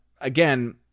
again